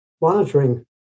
monitoring